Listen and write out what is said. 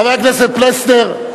חבר הכנסת פלסנר,